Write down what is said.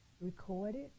recorded